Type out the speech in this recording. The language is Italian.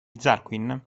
zorqun